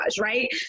right